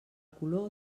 color